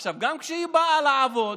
עכשיו, גם כשהיא באה לעבוד,